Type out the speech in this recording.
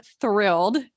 thrilled